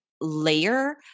layer